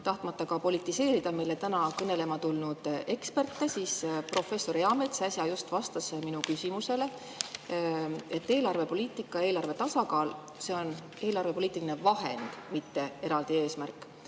Tahtmata politiseerida meile täna kõnelema tulnud eksperte, siis professor Eamets äsja just vastas minu küsimusele, et eelarvepoliitika, eelarve tasakaal on eelarvepoliitilised vahendid, mitte eraldi eesmärgid.